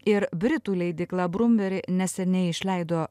ir britų leidykla brumberi neseniai išleido